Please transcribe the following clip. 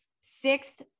sixth